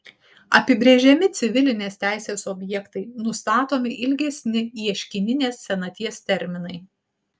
apibrėžiami civilinės teisės objektai nustatomi ilgesni ieškininės senaties terminai